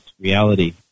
reality